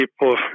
people